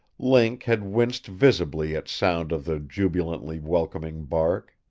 link had winced visibly at sound of the jubilantly welcoming bark.